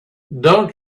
don’t